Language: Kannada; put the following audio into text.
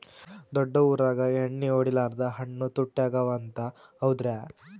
ದೊಡ್ಡ ಊರಾಗ ಎಣ್ಣಿ ಹೊಡಿಲಾರ್ದ ಹಣ್ಣು ತುಟ್ಟಿ ಅಗವ ಅಂತ, ಹೌದ್ರ್ಯಾ?